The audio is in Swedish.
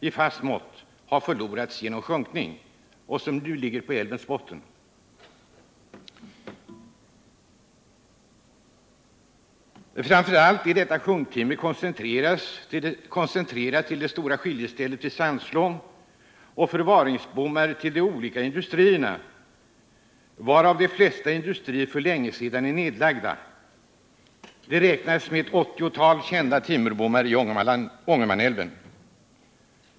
i fast mått ha förlorats genom sjunkning. Framför allt är detta sjunktimmer koncentrerat till det stora skiljestället vid Sandslån och förvaringsbommarna till de stora industrierna, av vilka de flesta för länge sedan är nedlagda. Det räknas med ett 80-tal kända timmerbommar i Ångermanälven.